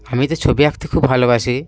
আমি তো ছবি আঁকতে খুব ভালোবাসি